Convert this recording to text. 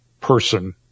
person